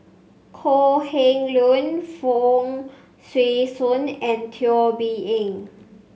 Kok Heng Leun Fong Swee Suan and Teo Bee Yen